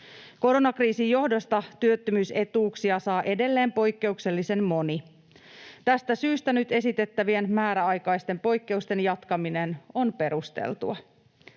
Koronakriisin johdosta työttömyysetuuksia saa edelleen poikkeuksellisen moni. Tästä syystä nyt esitettävien määräaikaisten poikkeusten jatkaminen on perusteltua.